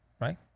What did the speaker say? right